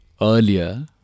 Earlier